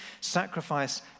Sacrifice